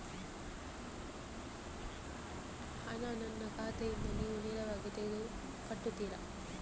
ಹಣ ನನ್ನ ಖಾತೆಯಿಂದ ನೀವು ನೇರವಾಗಿ ತೆಗೆದು ಕಟ್ಟುತ್ತೀರ?